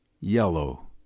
yellow